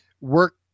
work